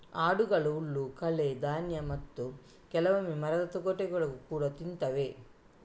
ಆಡುಗಳು ಹುಲ್ಲು, ಕಳೆ, ಧಾನ್ಯ ಮತ್ತೆ ಕೆಲವೊಮ್ಮೆ ಮರದ ತೊಗಟೆ ಕೂಡಾ ತಿಂತವೆ